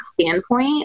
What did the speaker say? standpoint